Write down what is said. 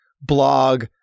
blog